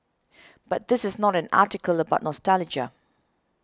but this is not an article about nostalgia